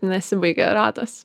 nesibaigia ratas